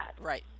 Right